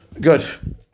Good